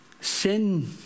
Sin